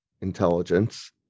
intelligence